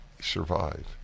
survive